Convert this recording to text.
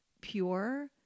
pure